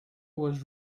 was